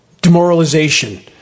Demoralization